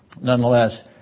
Nonetheless